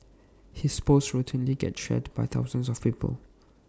his posts routinely get shared by thousands of people